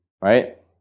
right